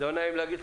לא נעים לי להגיד,